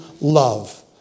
love